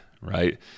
right